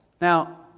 Now